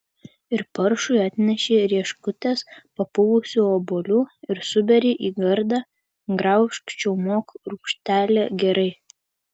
ir paršui atneši rieškutes papuvusių obuolių ir suberi į gardą graužk čiaumok rūgštelė gerai